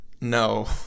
No